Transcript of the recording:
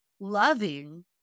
loving